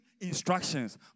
instructions